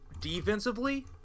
defensively